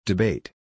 Debate